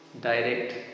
direct